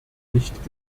nicht